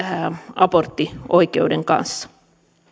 aborttioikeuden kanssa